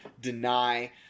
deny